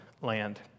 land